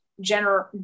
general